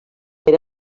era